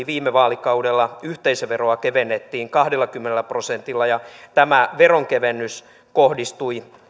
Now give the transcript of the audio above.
viime vaalikaudella yhteisöveroa kevennettiin kahdellakymmenellä prosentilla ja tämä veronkevennys kohdistui